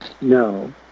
No